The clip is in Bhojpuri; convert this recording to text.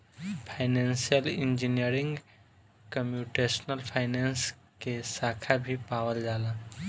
फाइनेंसियल इंजीनियरिंग कंप्यूटेशनल फाइनेंस के साखा भी पावल जाला